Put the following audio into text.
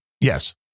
Yes